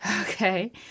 Okay